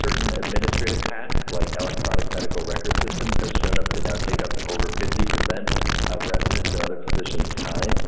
certain administrative tasks like electronic medical record system has shown up to now take up over fifty percent of residents and other physicians' time